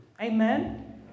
amen